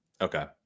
Okay